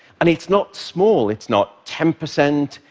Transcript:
and it's not small it's not ten percent,